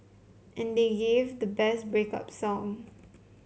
and they gave the best break up song